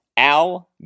Al